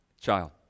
Child